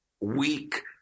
weak